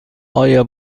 آیا